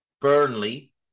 Burnley